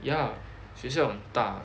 ya 学校很大